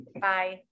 Bye